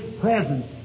presence